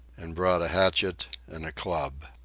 and brought a hatchet and a club.